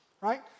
right